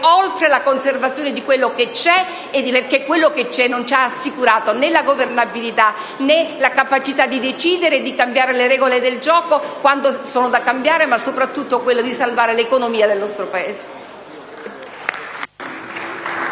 oltre la conservazione dell'esistente, perché quello che c'è non ci ha assicurato né la governabilità, né la capacità di decidere e di cambiare le regole del gioco quando necessario, né soprattutto, di salvare l'economia del nostro Paese.